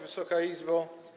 Wysoka Izbo!